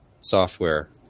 software